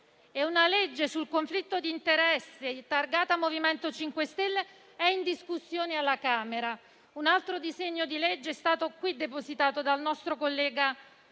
Una legge sul conflitto di interessi targata MoVimento 5 Stelle è in discussione alla Camera, mentre un altro disegno di legge è stato qui depositato dal nostro collega